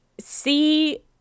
see